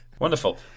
wonderful